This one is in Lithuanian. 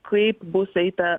kaip bus eita